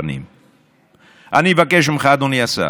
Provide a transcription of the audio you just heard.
מכובדי המבקר,